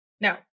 No